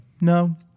no